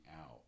out